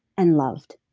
and loved.